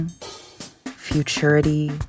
futurity